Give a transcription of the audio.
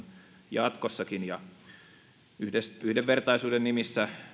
jatkossakin yhdenvertaisuuden nimissä